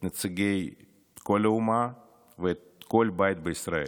את נציגי כל האומה ואת כל בית בישראל,